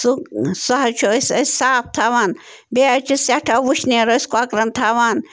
سُہ سُہ حظ چھُ أسۍ أسۍ صاف تھاوان بیٚیہِ حظ چھِ سٮ۪ٹھاہ وٕشنیر أسۍ کۄکرَن تھاوان